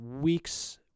weeks